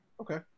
okay